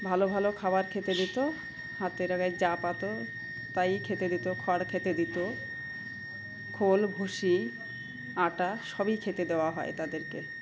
ভালো ভালো খাবার খেতে দিতো হাতের আগায় যা পেতো তাইই খেতে দিতো খড় খেতে দিতো খোল ভুষি আটা সবই খেতে দেওয়া হয় তাদেরকে